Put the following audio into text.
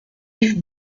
yves